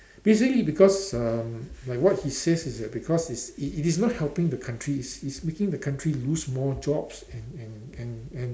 basically because um like what he says is that because is it is not helping the country is is making the country lose more jobs and and and and